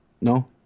No